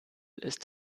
ist